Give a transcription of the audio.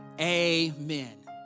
amen